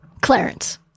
Clarence